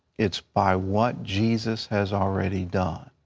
it's by what jesus has already done.